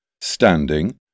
standing